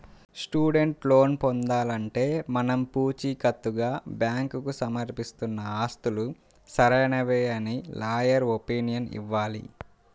student loan పొందాలంటే మనం పుచీకత్తుగా బ్యాంకుకు సమర్పిస్తున్న ఆస్తులు సరైనవే అని లాయర్ ఒపీనియన్ ఇవ్వాలి